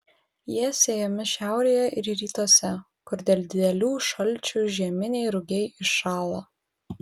jie sėjami šiaurėje ir rytuose kur dėl didelių šalčių žieminiai rugiai iššąla